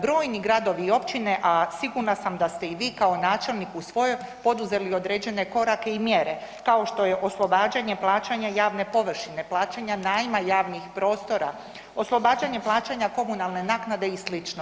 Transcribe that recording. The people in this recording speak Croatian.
Brojni gradovi i općine, a sigurna sam da ste i vi kao načelnik u svojoj poduzeli određene korake i mjere kao što je oslobađanje plaćanja javne površine, plaćanje najma javnih prostora, oslobađanje plaćanja komunalne naknade i slično.